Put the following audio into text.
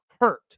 hurt